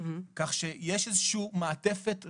כך שישנה מעטפת ראשונית,